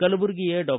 ಕಲಬುರಗಿಯ ಡಾ